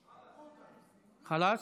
חלאס.